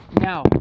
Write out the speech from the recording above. Now